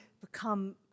become